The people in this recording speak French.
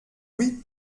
oui